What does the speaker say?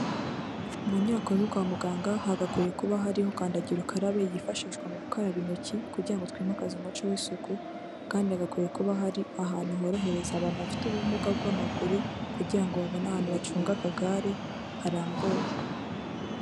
Mu nyubako zo kwa muganga hagakwiye kuba hariho kandagira ukarabe yifashishwa mu gukaraba intoki kugira ngo twimakaze umuco w'isuku kandi hagakwiye kuba hari ahantu horohereza abantu bafite ubumuga bw'amaguru kugira ngo babone ahantu bacunga akagare harambuye.